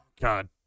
God